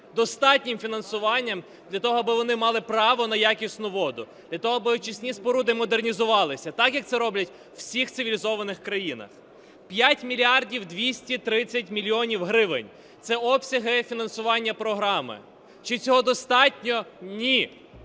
достатнім фінансуванням для того, аби вони мали право на якісну воду, для того, аби очисні споруди модернізувалися, так як це роблять у всіх цивілізованих країнах. 5 мільярдів 230 мільйонів гривень – це обсяги фінансування програми. Чи цього достатньо? Ні!